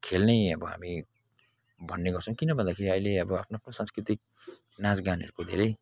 खेल नै अब हामी भन्ने गर्छौँ किन भन्दाखेरि अहिले अब आफ्नो आफ्नो सांस्कृतिक नाँचगानहरूको धेरै